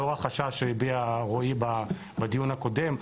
לאור החשש שהביע רועי בדיון הקודם,